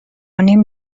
نیم